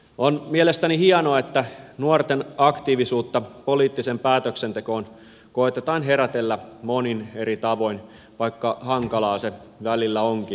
on mielestäni hienoa että nuorten aktiivisuutta poliittiseen päätöksentekoon koetetaan herätellä monin eri tavoin vaikka hankalaa se välillä onkin